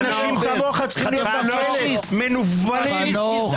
חתיכת פשיסט --- חנוך,